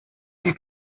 you